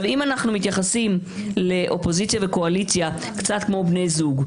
אם אנחנו מתייחסים לאופוזיציה ולקואליציה קצת כמו בני זוג,